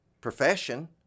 profession